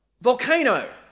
Volcano